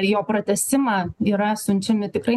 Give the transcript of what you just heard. jo pratęsimą yra siunčiami tikrai